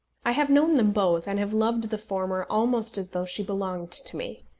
i have known them both and have loved the former almost as though she belonged to me.